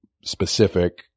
specific